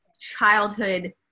childhood